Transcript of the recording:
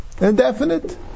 Indefinite